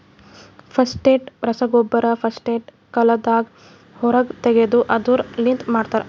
phosphate ರಸಗೊಬ್ಬರ phosphate ಕಲ್ಲದಾಂದ ಹೊರಗ್ ತೆಗೆದು ಅದುರ್ ಲಿಂತ ಮಾಡ್ತರ